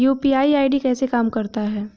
UPI ID कैसे काम करता है?